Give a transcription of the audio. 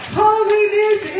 holiness